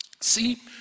see